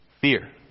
Fear